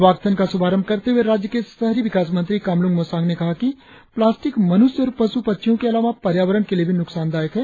walkathon का शुभारंभ करते हुए राज्य के शहरी विकास मंत्री कामलुंग मोसांग ने कहा कि प्लास्टिक मनुष्य और पशु पक्षियों के अलावा पर्यावरण के लिए भी नुकसान दायक है